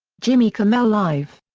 jimmy kimmel live!